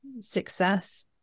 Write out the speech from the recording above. success